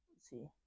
see